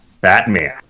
Batman